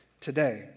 today